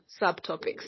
subtopics